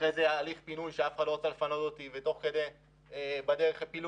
אחר כך הליך הפינוי כאף אחד לא רצה לפנות אותי ובדרך הפילו